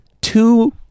Two